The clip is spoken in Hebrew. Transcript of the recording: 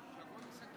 בעד, 50. לפיכך,